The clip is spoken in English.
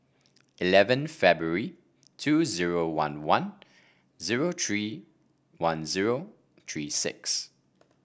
eleven February two zero one one zero three one zero three six